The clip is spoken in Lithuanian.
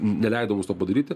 neleido mums to padaryti